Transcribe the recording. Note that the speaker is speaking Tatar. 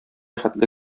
хәтле